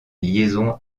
liaison